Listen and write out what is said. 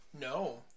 No